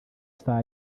saa